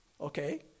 Okay